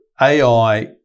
AI